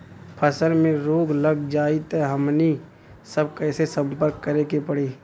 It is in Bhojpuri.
फसल में रोग लग जाई त हमनी सब कैसे संपर्क करें के पड़ी?